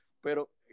pero